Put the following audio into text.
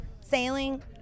sailing